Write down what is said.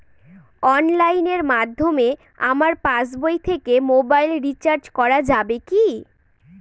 অনলাইনের মাধ্যমে আমার পাসবই থেকে মোবাইল রিচার্জ করা যাবে কি?